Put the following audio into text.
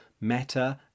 Meta